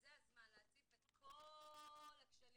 שזה הזמן להציף את כל הכשלים